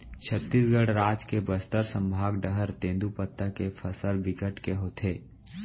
छत्तीसगढ़ राज के बस्तर संभाग डहर तेंदूपत्ता के फसल बिकट के होथे